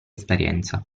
esperienza